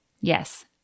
Yes